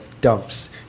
dumps